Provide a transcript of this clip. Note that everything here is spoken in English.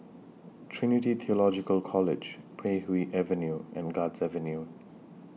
Trinity Theological College Puay Hee Avenue and Guards Avenue